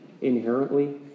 inherently